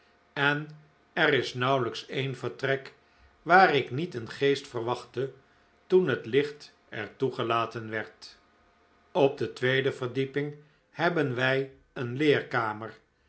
en er is nauwelijks een vertrek waar ik niet een geest verwachtte toen het licht er toegelaten werd op de tweede verdieping hebben wij een leerkamer